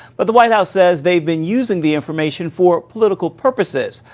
but the white house says they've been using the information for political purposes.